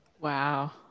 wow